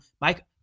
Mike